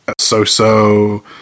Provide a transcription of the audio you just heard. Soso